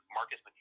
Marcus